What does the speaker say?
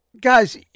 guys